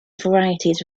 varieties